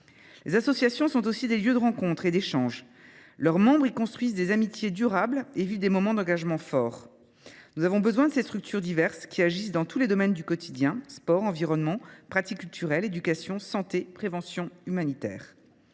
Les associations sont aussi des lieux de rencontres et d’échanges. Leurs membres y construisent des amitiés durables et vivent des moments d’engagement forts. Nous avons besoin de ces structures diverses qui agissent dans tous les domaines du quotidien : sport, environnement, pratique culturelle, éducation, santé, prévention, humanitaire.